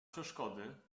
przeszkody